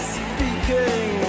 speaking